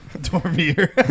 Dormir